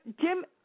Jim